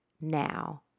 now